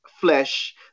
flesh